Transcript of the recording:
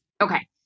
okay